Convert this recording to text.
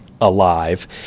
alive